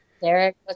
Derek